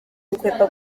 gukwepa